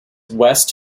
west